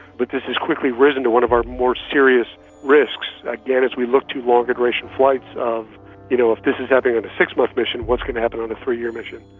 but this has quickly risen to one of our more serious risks. again, as we look to longer duration flights, you know, if this is happening on a six-month mission, what's going to happen on a three-year mission?